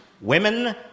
women